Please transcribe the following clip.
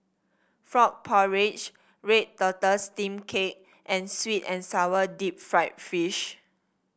Frog Porridge Red Tortoise Steamed Cake and sweet and sour Deep Fried Fish